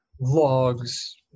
logs